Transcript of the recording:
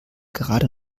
gerade